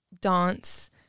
dance